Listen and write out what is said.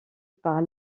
par